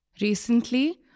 Recently